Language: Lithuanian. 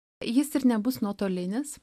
jis ir nebus nuotolinis